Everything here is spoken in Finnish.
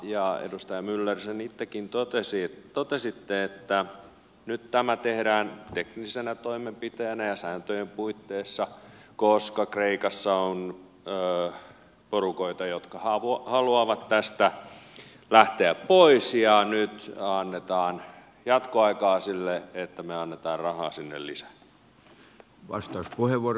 edustaja myller sen itsekin totesitte että nyt tämä tehdään teknisenä toimenpiteenä ja sääntöjen puitteissa koska kreikassa on porukoita jotka haluavat tästä lähteä pois ja nyt annetaan jatkoaikaa sille että me annamme rahaa sinne lisää